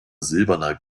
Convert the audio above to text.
silberner